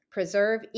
preserve